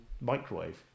microwave